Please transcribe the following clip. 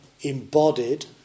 embodied